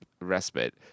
respite